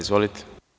Izvolite.